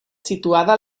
situada